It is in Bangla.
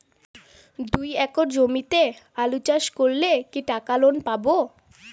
দুই একর জমিতে আলু চাষ করলে কি টাকা লোন পাবো?